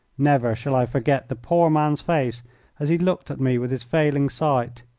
never shall i forget the poor man's face as he looked at me with his failing sight.